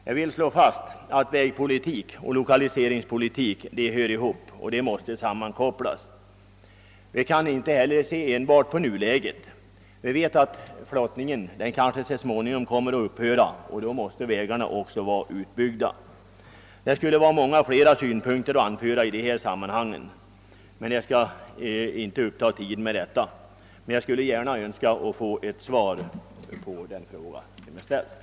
Jag vill slå fast att vägpolitik och lokaliseringspolitik hör ihop och måste sammankopplas. Vi kan inte heller se enbart till nuläget. Flottningen kanske så småningom kommer att upphöra, och då måste vägarna vara utbyggda. Många fler synpunkter skulle kunna anföras i detta sammanhang, men jag skall inte ta upp tiden därmed. Jag hoppas dock att kommunikationsministern vill svara på den fråga som jag har ställt.